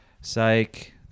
psych